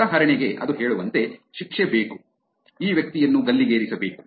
ಉದಾಹರಣೆಗೆ ಅದು ಹೇಳುವಂತೆ ಶಿಕ್ಷೆ ಬೇಕು ಈ ವ್ಯಕ್ತಿಯನ್ನು ಗಲ್ಲಿಗೇರಿಸಬೇಕು